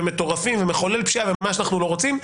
מטורפים וזה מחולל פשיעה ומה שאנחנו לא רוצים,